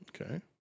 Okay